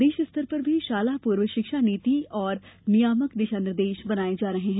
प्रदेश स्तर पर भी शाला पूर्व शिक्षा नीति तथा नियामक दिशा निर्देश बनाये जा रहे हैं